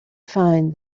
find